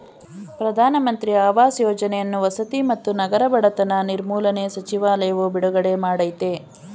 ಪ್ರಧಾನ ಮಂತ್ರಿ ಆವಾಸ್ ಯೋಜನೆಯನ್ನು ವಸತಿ ಮತ್ತು ನಗರ ಬಡತನ ನಿರ್ಮೂಲನೆ ಸಚಿವಾಲಯವು ಬಿಡುಗಡೆ ಮಾಡಯ್ತೆ